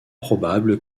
probable